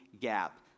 gap